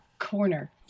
corner